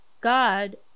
God